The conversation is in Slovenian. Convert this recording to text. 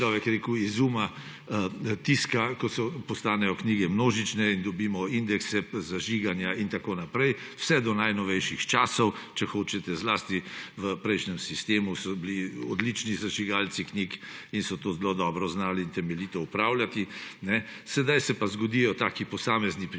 od Gutenbergovega izuma tiska, ko postanejo knjige množične in dobimo indekse zažiganja in tako naprej, vse do najnovejših časov, če hočete, zlasti v prejšnjem sistemu so bili odlični zažigalci knjig in so to zelo dobro in temeljito znali opravljati. Sedaj se pa zgodijo taki posamezni